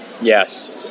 Yes